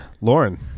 Lauren